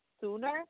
sooner